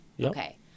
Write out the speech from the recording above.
Okay